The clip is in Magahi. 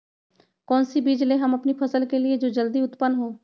कौन सी बीज ले हम अपनी फसल के लिए जो जल्दी उत्पन हो?